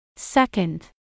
Second